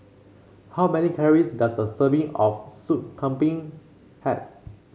how many calories does a serving of Soup Kambing have